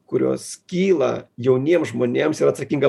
kurios kyla jauniems žmonėms yra atsakinga